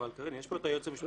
אבל קארין, יש פה יועץ משפטי